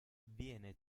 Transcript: viene